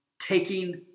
taking